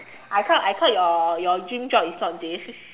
I thought I thought your dream job is not this